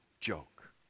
joke